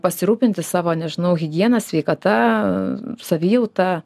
pasirūpinti savo nežinau higiena sveikata savijauta